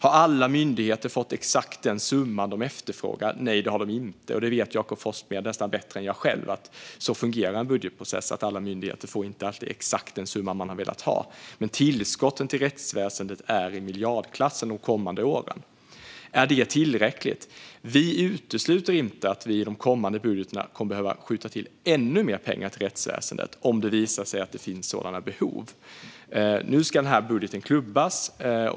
Har alla myndigheter fått exakt den summa de efterfrågat? Nej, det har de inte. Jakob Forssmed vet nästan bättre än jag själv att en budgetprocess fungerar så: Alla myndigheter får inte alltid exakt den summa de har velat ha. Men tillskotten till rättsväsendet är i miljardklassen de kommande åren. Är det tillräckligt? Vi utesluter inte att vi i de kommande budgetarna kommer att behöva skjuta till ännu mer pengar till rättsväsendet, om det visar sig att det finns sådana behov. Nu ska denna budget klubbas.